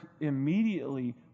immediately